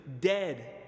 dead